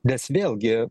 nes vėlgi